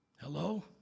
Hello